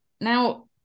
Now